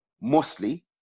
mostly